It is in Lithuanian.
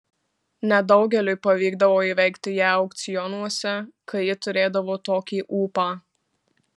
nedaugeliui pavykdavo įveikti ją aukcionuose kai ji turėdavo tokį ūpą